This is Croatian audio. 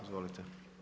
Izvolite.